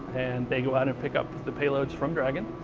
they go out and pick up the payloads from dragon.